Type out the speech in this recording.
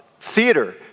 theater